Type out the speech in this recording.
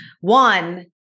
One